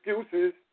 excuses